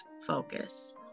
focus